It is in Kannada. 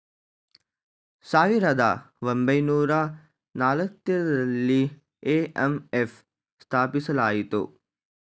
ಸಾವಿರದ ಒಂಬೈನೂರ ನಾಲತೈದರಲ್ಲಿ ಐ.ಎಂ.ಎಫ್ ಸ್ಥಾಪಿಸಲಾಯಿತು